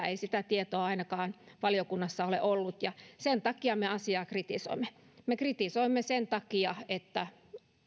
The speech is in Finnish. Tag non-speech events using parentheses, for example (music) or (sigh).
(unintelligible) ei sitä tietoa ainakaan valiokunnassa ole ollut ja sen takia me asiaa kritisoimme me kritisoimme sen takia että